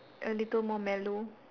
a little more mellow